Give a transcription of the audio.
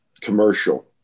commercial